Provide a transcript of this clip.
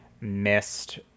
missed